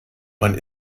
man